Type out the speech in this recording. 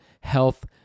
health